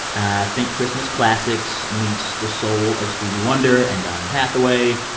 ah think christmas classics meets the soul of stevie wonder and donny hathaway,